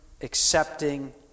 accepting